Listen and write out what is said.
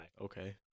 Okay